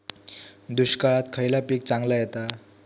दुष्काळात खयला पीक चांगला येता?